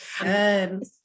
Good